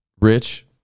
Rich